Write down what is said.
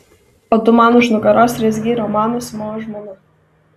o tu man už nugaros rezgei romaną su mano žmona